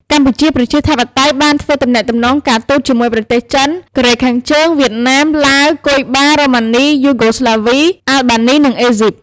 កម្ពុជាប្រជាធិបតេយ្យបានធ្វើទំនាក់ទំនងការទូតជាមួយប្រទេសចិន កូរ៉េខាងជើង វៀតណាម ឡាវ គុយបា រូម៉ានី យូហ្គោស្លាវី អាល់បានី និងអេហ្ស៊ីប ។